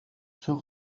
son